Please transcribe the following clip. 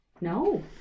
No